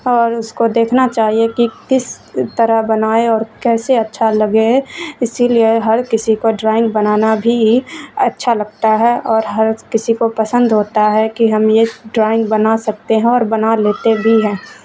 اور اس کو دیکھنا چاہیے کہ کس طرح بنائے اور کیسے اچھا لگے اسی لیے ہر کسی کو ڈرائنگ بنانا بھی اچھا لگتا ہے اور ہر کسی کو پسند ہوتا ہے کہ ہم یہ ڈرائنگ بنا سکتے ہیں اور بنا لیتے بھی ہیں